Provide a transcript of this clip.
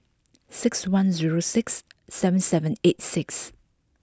six one zero six seven seven eight six